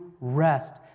rest